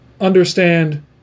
understand